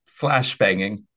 flashbanging